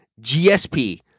GSP